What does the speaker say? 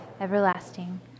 everlasting